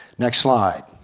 next slide.